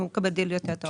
אם הוא מקבל דיל יותר טוב?